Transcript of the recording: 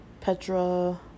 Petra